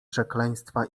przekleństwa